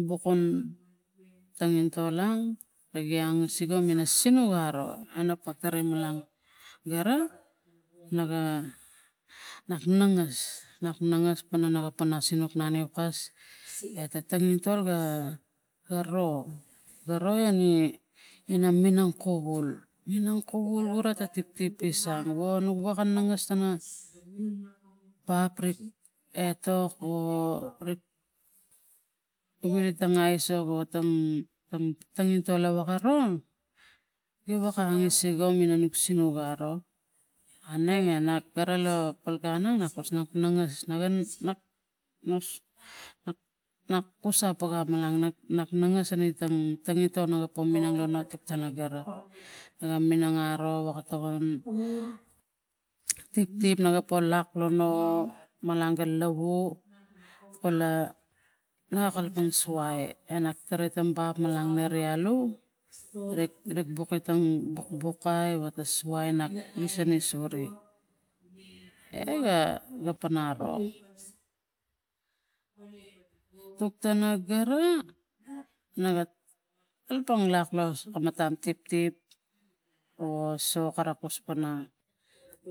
Bukung tanginto ang nagi angasik ina sinuk aro nano patari malang gara naga nak nangas nak nangas pana naga sinuk na niaukas ete tangitol ga garo garo ani ina minang kavul minang kavul gura a tiptip gi sang vanuwoka minas tana baprik etok o rik gili ta aisok o tang tang tangintol awak aro giwak a angasik o nuk sinuk aro aunenge na kara lo ngan nuk kus na nangaas nakus a paka sangi tang tangintol naga po minang lo no ti pana gara naga minang aro woka tokon tiptip naga paken lak lono malang gun lo lavu kula na kalapang suai enak tari tang malang neri alu teri terik bukitang bukai suai na sore e ga pana ro tuk tana gara naga kalapang lak lo soko matang tiptip o so pana kus pana